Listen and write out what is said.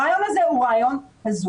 הרעיון הזה הוא רעיון הזוי.